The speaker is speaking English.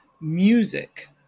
music